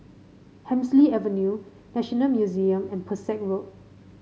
Hemsley Avenue National Museum and Pesek Road